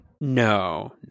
No